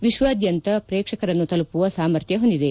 ವಿಶ್ವಾದ್ಯಂತ ಶ್ರೇಕ್ಷಕರನ್ನು ತಲುಪುವ ಸಾಮರ್ಥ್ಲ ಹೊಂದಿದೆ